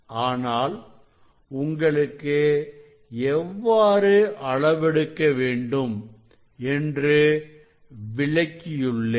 ஆனால் உங்களுக்கு எவ்வாறு அளவெடுக்க வேண்டும் என்று விளக்கியுள்ளேன்